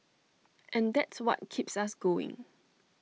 and that's what keeps us going